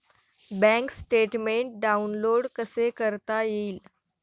Bank statement download कसे करता येईल?